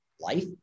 life